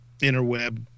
interweb